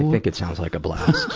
think it sounds like a blast.